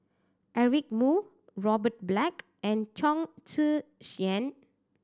Eric Moo Robert Black and Chong Tze Chien